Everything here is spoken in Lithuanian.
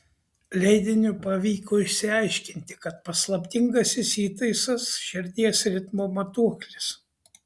leidiniui pavyko išsiaiškinti kad paslaptingasis įtaisas širdies ritmo matuoklis